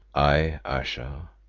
ay, ayesha,